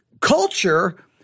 culture